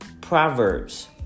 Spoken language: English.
Proverbs